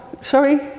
sorry